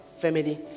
family